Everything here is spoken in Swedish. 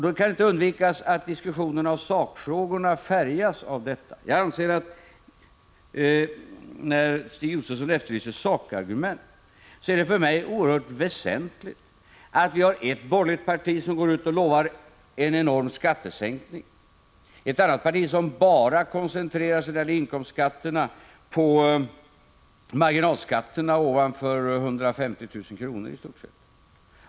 Det kan då inte undvikas att diskussionen om sakfrågorna färgas av detta. När Stig Josefson efterlyser sakargument är det för mig oerhört väsentligt att det finns ett borgerligt parti som ger löfte om en enorm skattesänkning, ett annat parti som när det gäller inkomstskatterna i stort sett bara koncentrerar sig på marginalskatter på inkomster över 150 000 kr.